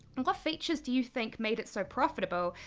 what features do you think made it so profitable,